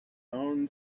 own